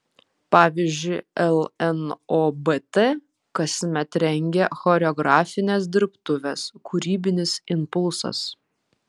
pavyzdžiui lnobt kasmet rengia choreografines dirbtuves kūrybinis impulsas